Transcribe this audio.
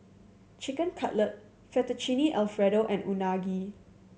Chicken Cutlet Fettuccine Alfredo and Unagi